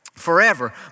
forever